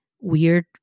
weird